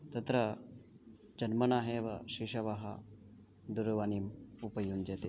तत्र जन्मनाः एव शिशवः दूरवाणीम् उपयुञ्जते